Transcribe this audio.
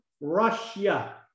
Russia